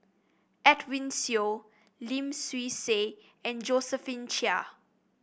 Edwin Siew Lim Swee Say and Josephine Chia